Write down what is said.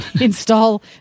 install